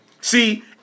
see